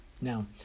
Now